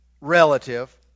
relative